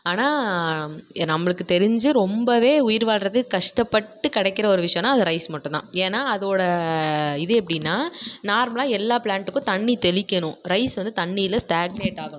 ஆனால் ஏ நம்மளுக்குத் தெரிஞ்சு ரொம்பவே உயிர் வாழ்றது கஷ்டப்பட்டு கிடைக்கிற ஒரு விஷயன்னா அது ரைஸ் மட்டுந்தான் ஏன்னா அதோடய இது எப்படின்னா நார்மலாக எல்லா ப்ளாண்ட்டுக்கும் தண்ணி தெளிக்கணும் ரைஸ் வந்து தண்ணியில் ஸ்டார்ச்லேட் ஆகணும்